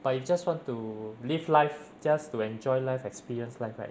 but you just want to live life just to enjoy life experience life right